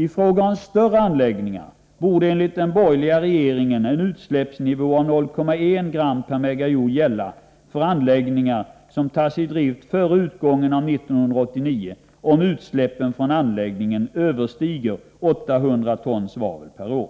I fråga om större anläggningar borde enligt den borgerliga regeringen en utsläppsnivå av 0,1 gram per megajoule gälla för anläggningar som tas i drift före utgången av 1989, om utsläppen från anläggningen överstiger 800 ton svavel per år.